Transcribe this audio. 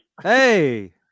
Hey